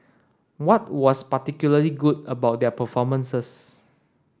what was particularly good about their performances